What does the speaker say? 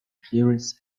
clearances